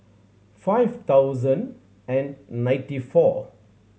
five thousand and ninety four